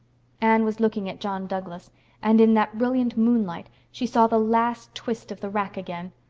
anne was looking at john douglas and, in that brilliant moonlight, she saw the last twist of the rack again.